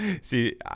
See